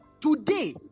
Today